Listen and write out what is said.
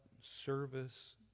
service